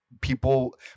people